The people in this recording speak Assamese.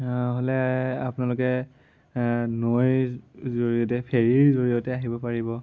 হ'লে আপোনালোকে নৈৰ জৰিয়তে ফেৰীৰ জৰিয়তে আহিব পাৰিব